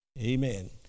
Amen